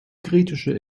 kritische